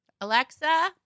Alexa